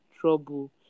trouble